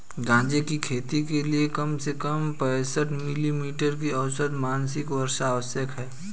गांजे की खेती के लिए कम से कम पैंसठ मिली मीटर की औसत मासिक वर्षा आवश्यक है